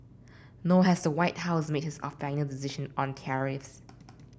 nor has the White House made its final decision on tariffs